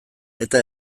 eta